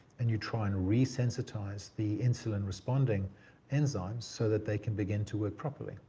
and you try and resensitise the insulin-responding enzymes so that they can begin to work properly.